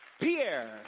Pierre